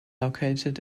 located